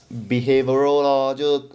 behavioural lor 就